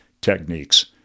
techniques